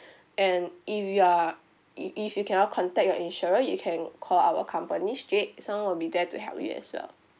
and if you are if if you cannot contact your insurer you can call our company straight someone will be there to help you as well